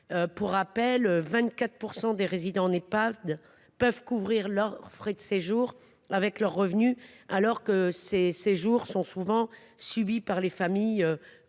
Pour rappel, seuls 24 % des résidents en Ehpad peuvent couvrir leurs frais de séjour avec leurs revenus, alors que ces séjours sont souvent subis par les familles